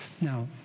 Now